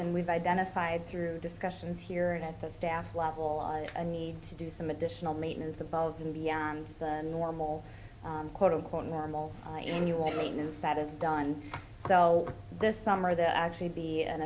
and we've identified through discussions here at the staff level i need to do some additional maintenance above and beyond the normal quote unquote normal innuit mean is that is done so this summer that actually be an